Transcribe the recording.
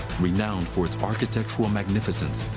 renowned for its architectural magnificence,